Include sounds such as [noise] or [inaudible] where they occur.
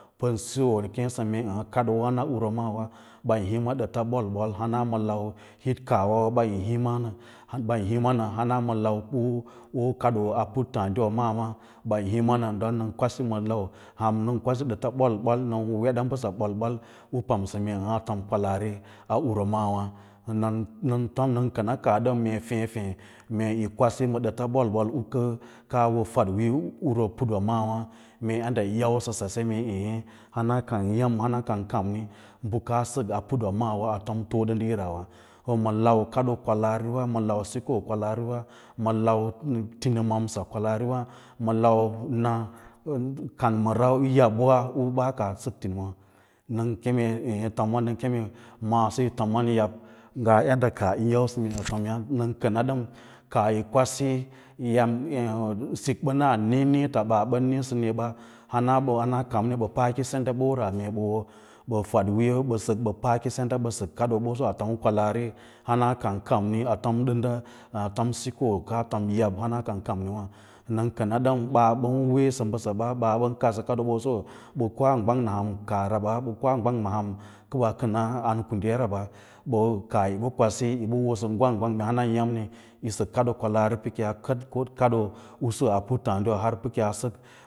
Pən siyo nə kěěsə mee kadoo wâno aro maawǎ ɓan hima dəta bol-bol hana ma lau hit kaah wawa ɓan hima nə hana ma lau u kadoowa a puttǎǎɗiwa maawâ bən homa nə don nən kwasina lau ham nə kwasisə ɓeta mbəsa bol-bol u pamsə mee aã a tom kwalaari a urwa maawâ, nam nəm kəna kaah dən mee feẽ feẽ mee yin kwasinə ma dəta ɓol-ɓol n kaa fadwiiyo urwa maawâ yin yausə sase mee ee hana kan kamni bə kaa səkaa putwa maawâ a tom u too naira wa ma kadoo kwalaari wa ma dikoo kwalaariwa ma lau tinimsa kwalaariwa malau na kanməra yabꞌwa u ɓaa kaa sək tinimawa nən keme eẽ, nən keme maaso yi tomon yab ngaa yadda yo yausə nə [noise] tomya nən kəna ɗən kaah yi kwasi sik ɓəna niĩniĩta ɓaa ɓən niĩsən niĩ ɓa han na ɓawa hana bə paako senda bora mee ɓə wo ɓə fadwiiyo ɓə sək ɓə paaki senda ɓə sək kadoo boso a tom bə kwalaari hana kan kammi a tom dənda kaa tom sikoo kaa tom hana a kan kamniwa nən kəna dəm ɓaa bən weesə mbəsa ɓa, baa bən kad bə kadooboseo ɓə koa gwang ma ham kaah buba, ɓə koa gwang ma hannu kə ɓaa kən a an ku diya mɓa ɓəwo kaah yi ɓə kwasi yi ɓən wosə gwang-gwang hana yammi yi sək kadoo kwalaari kaɗoo usu a puttǎǎɗiwa.